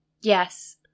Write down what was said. yes